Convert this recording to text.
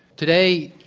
today,